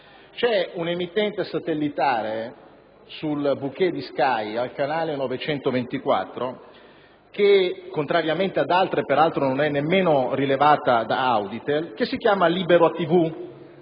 C'è un'emittente satellitare, sul *bouquet* di Sky, al canale 924 (che contrariamente ad altre, peraltro, non è nemmeno rilevata da Auditel), che si chiama Libera TV,